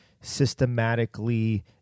systematically